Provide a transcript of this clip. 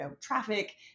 traffic